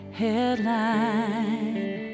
headline